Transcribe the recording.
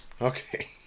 Okay